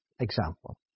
example